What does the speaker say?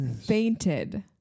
fainted